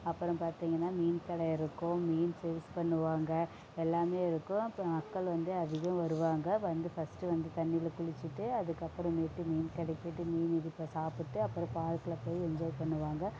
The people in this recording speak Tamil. அப்புறம் பார்த்திங்கன்னா மீன் கடை இருக்கும் மீன் சேல்ஸ் பண்ணுவாங்க எல்லாம் இருக்கும் அப்பறம் மக்கள் வந்து அதிகம் வருவாங்க வந்து ஃபஸ்ட் வந்து தண்ணியில் குளிச்சுட்டு அதுக்கு அப்புறம்மேட்டு மீன் கடைக்கு போய்ட்டு மீன் எடுத்து சாப்பிட்டு அப்புறம் பார்க்கில் போய்ட்டு என்ஜாய் பண்ணுவாங்க